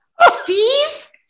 Steve